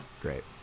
Great